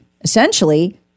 essentially